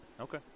Okay